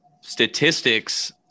statistics